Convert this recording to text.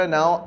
Now